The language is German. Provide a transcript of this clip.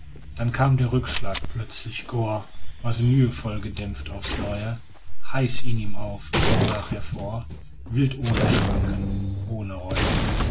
dann kam der rückschlag plötzlich gor was mühevoll gedämpft aufs neue heiß in ihm auf und brach hervor wild ohne schranken ohne reue